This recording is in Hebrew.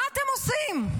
מה אתם עושים?